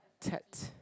ted